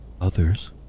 Others